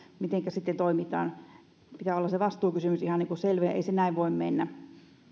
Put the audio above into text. mitenkä sitten toimitaan pitää olla se vastuukysymys ihan selvä ja ei se näin voi mennä